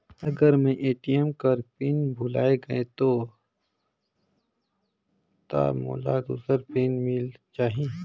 अगर मैं ए.टी.एम कर पिन भुलाये गये हो ता मोला दूसर पिन मिल जाही?